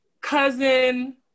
cousin